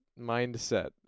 mindset